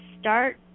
start